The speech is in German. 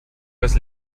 das